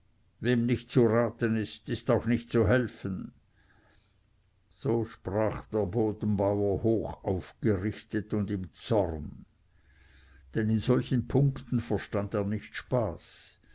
nicht zu raten ist ist auch nicht zu helfen so sprach der bodenbauer hochaufgerichtet und im zorn denn in solchen punkten verstand er nicht spaß